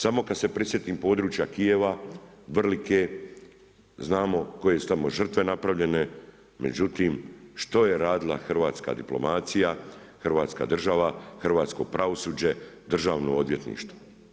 Samo kad se prisjetim područja Kijeva, Vrlike, znamo koje su tamo žrtve napravljene, međutim, što je radila hrvatska diplomacija, Hrvatska država, hrvatsko pravosuđe, državno odvjetništvo?